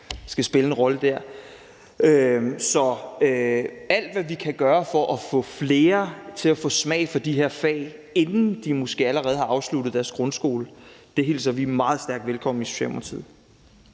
skal spille en rolle der. Så alt, hvad vi kan gøre, for at få flere til at få smag for de her fag, måske allerede inden de har afsluttet deres grundskole, hilser vi meget stærkt velkommen i Socialdemokratiet.